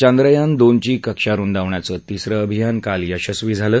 चांद्रयान दोनची कक्षा रुंदावण्याचं तिसरं अभियान काल यशस्वी झालं